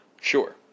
Sure